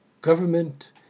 government